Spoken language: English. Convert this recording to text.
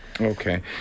Okay